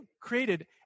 created